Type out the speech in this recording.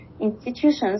institutions